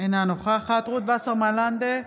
אינה נוכחת רות וסרמן לנדה,